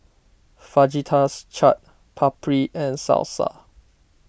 Fajitas Chaat Papri and Salsa